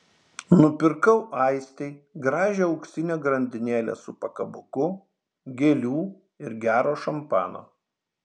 nupirkau aistei gražią auksinę grandinėlę su pakabuku gėlių ir gero šampano